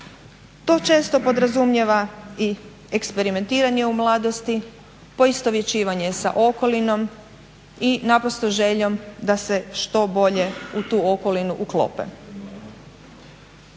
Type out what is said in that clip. To često podrazumijeva i eksperimentiranje u mladosti, poistovjećivanje sa okolinom i naprosto željom da se što bolje u tu okolinu uklope.